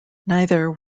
neither